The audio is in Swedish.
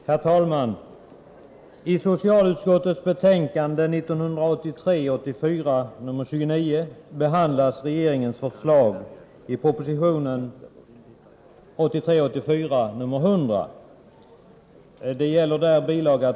Herr talman! I socialutskottets betänkande 1983 84:100 bil.